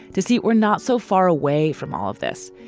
to see it were not so far away from all of this.